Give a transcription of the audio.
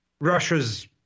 Russia's